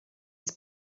his